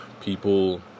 people